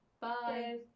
Bye